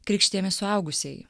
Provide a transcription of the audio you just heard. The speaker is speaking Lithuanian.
krikštijami suaugusieji